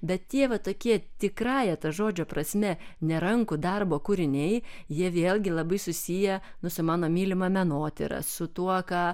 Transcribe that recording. bet tie vat tokie tikrąja to žodžio prasme ne rankų darbo kūriniai jie vėlgi labai susiję nu su mano mylima menotyra su tuo ką